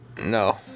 no